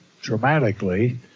dramatically